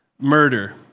murder